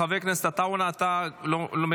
חבר הכנסת עטאונה, אתה מוותר.